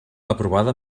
aprovada